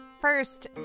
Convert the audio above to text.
First